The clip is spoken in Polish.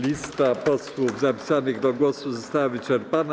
Lista posłów zapisanych do głosu została wyczerpana.